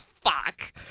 fuck